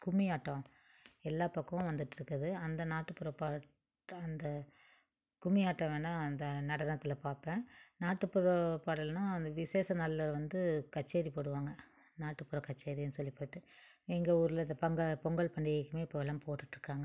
கும்மியாட்டம் எல்லா பக்கமும் வந்துகிட்டுருக்குது அந்த நாட்டுப்புற பாட்டை அந்த கும்மியாட்டம் வேணா அந்த நடனத்தில் பார்ப்பேன் நாட்டுப்புற பாடல்னால் அந்த விசேஷ நாள்ல வந்து கச்சேரி போடுவாங்கள் நாட்டுப்புற கச்சேரின்னு சொல்லிபுட்டு எங்கள் ஊரில் இதை பங்க பொங்கல் பண்டிகைக்குமே இப்போல்லாம் போட்டுகிட்டுருக்காங்க